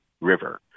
River